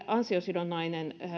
ansiosidonnainen